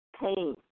pain